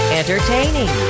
entertaining